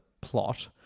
plot